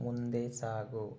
ಮುಂದೆ ಸಾಗು